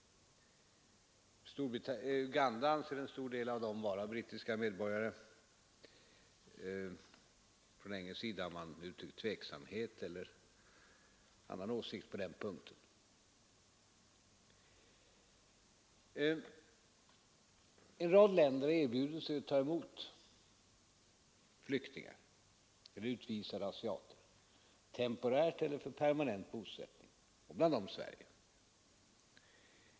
Uganda anser en stor del av dem vara brittiska medborgare. Från engelsk sida har man uttryckt tveksamhet eller annan åsikt på den punkten. En rad länder erbjuder sig att ta emot flyktingar eller utvisade asiater, temporärt eller för permanent bosättning, bland dem Sverige.